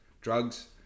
drugs